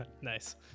Nice